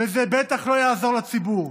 וזה בטח לא יעזור לציבור.